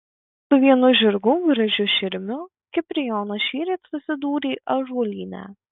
su vienu žirgu gražiu širmiu kiprijonas šįryt susidūrė ąžuolyne